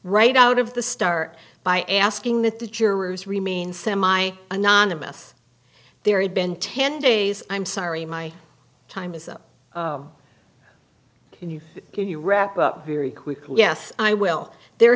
right out of the start by asking that the jurors remain semi anonymous there had been ten days i'm sorry my time is up and you can you wrap up very quickly yes i will there